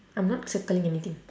I'm not circling anything